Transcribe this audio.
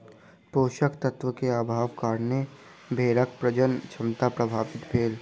पोषक तत्व के अभावक कारणें भेड़क प्रजनन क्षमता प्रभावित भेल